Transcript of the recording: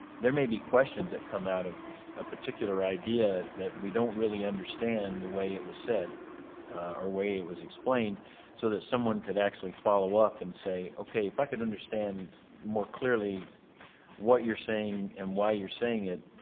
there maybe questions that come out of a particular idea that we don't really understand the way it was said or way it was explained so that someone could actually follow up and say, okay, if could understand more clearly what you're saying and why you're saying it,